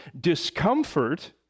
discomfort